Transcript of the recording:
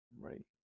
Right